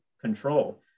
control